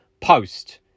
post